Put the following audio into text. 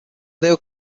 leo